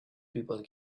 people